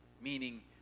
meaning